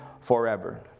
forever